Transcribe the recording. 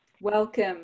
Welcome